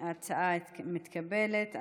ההצעה מתקבלת.